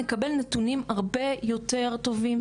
נקבל נתונים הרבה יותר טובים.